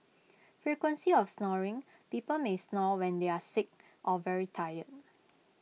frequency of snoring people may snore when they are sick or very tired